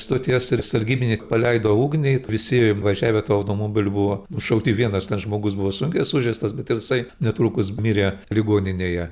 stoties ir sargybiniai paleido ugnį visi važiavę tuo automobiliu buvo nušauti vienas ten žmogus buvo sunkiai sužeistas bet ir jisai netrukus mirė ligoninėje